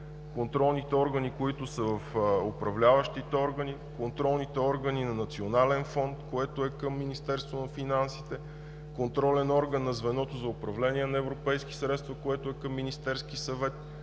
контролните органи, които са в управляващите органи, контролните органи на Национален фонд, което е към Министерството на финансите, контролен орган на звеното за управление на европейски средства, което е към Министерския съвет.